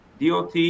DOT